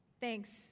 Thanks